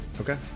Okay